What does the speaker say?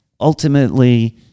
Ultimately